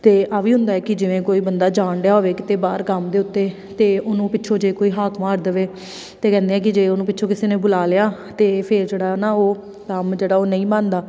ਅਤੇ ਆਹ ਵੀ ਹੁੰਦਾ ਕਿ ਜਿਵੇਂ ਕੋਈ ਬੰਦਾ ਜਾਣ ਡਿਆ ਹੋਵੇ ਕਿਤੇ ਬਾਹਰ ਕੰਮ ਦੇ ਉੱਤੇ ਅਤੇ ਉਹਨੂੰ ਪਿੱਛੋਂ ਜੇ ਕੋਈ ਹਾਕ ਮਾਰ ਦੇਵੇ ਅਤੇ ਕਹਿੰਦੇ ਕਿ ਜੇ ਉਹਨੂੰ ਪਿੱਛੋਂ ਕਿਸੇ ਨੇ ਬੁਲਾ ਲਿਆ ਤਾਂ ਫਿਰ ਜਿਹੜਾ ਨਾ ਉਹ ਕੰਮ ਜਿਹੜਾ ਉਹ ਨਹੀਂ ਬਣਦਾ